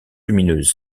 lumineuse